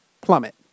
plummet